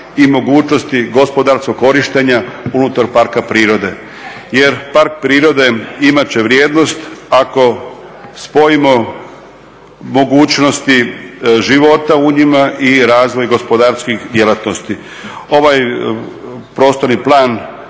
i mogućnosti gospodarskog korištenja unutar parka prirode. Jer park prirode imati će vrijednost ako spojimo mogućnosti života u njima i razvoj gospodarskih djelatnosti. Ovaj prostorni plan